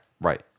right